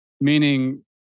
meaning